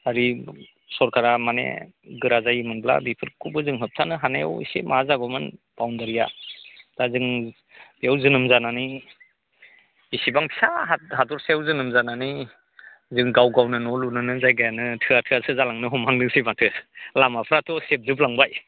आरि सरकारा माने गोरा जायोमोनब्ला बेफोरखौबो जों होबथानो हानायाव एसे मा जागौमोन बाउण्डारिया दा जों बेव जोनोम जानानै बिसिबां फिसा हादरसायाव जोनोम जानानै जों गाव गावनो न' लुनोनो जायगायानो थोआ थोआसो जालांनो हमहांदोसो माथो लामाफ्राथ' सेबजुबलांबाय